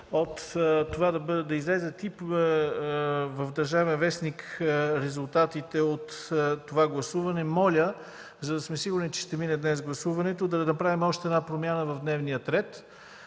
от това да излязат и в „Държавен вестник” резултатите от това гласуване, моля, за да сме сигурни, че гласуването ще мине днес, да направим още една промяна в дневния ред